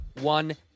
one